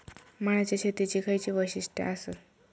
मळ्याच्या शेतीची खयची वैशिष्ठ आसत?